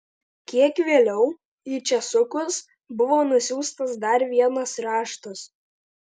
kiek vėliau į česukus buvo nusiųstas dar vienas raštas